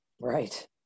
right